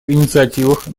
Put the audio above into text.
инициативах